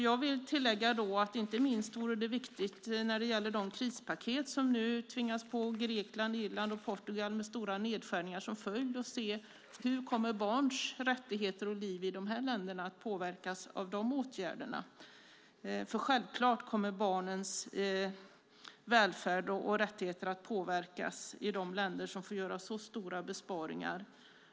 Jag vill tillägga att det inte minst är viktigt när det gäller de krispaket som nu tvingas på Grekland, Irland och Portugal med stora nedskärningar som följd att se hur barns rättigheter och liv i de här länderna kommer att påverkas av de åtgärderna, för självklart kommer barnens välfärd och rättigheter att påverkas i de länder som får göra så stora besparingar.